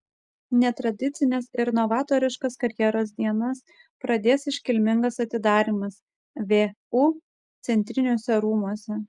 netradicines ir novatoriškas karjeros dienas pradės iškilmingas atidarymas vu centriniuose rūmuose